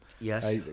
Yes